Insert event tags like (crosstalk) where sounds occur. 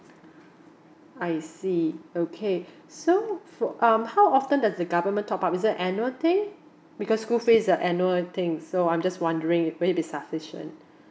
I see okay (breath) so um how often that the government top up is that annual thing because school fees they're annual things so I'm just wondering with it be sufficient